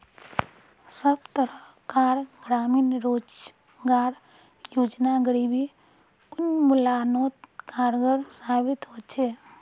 सब तरह कार ग्रामीण रोजगार योजना गरीबी उन्मुलानोत कारगर साबित होछे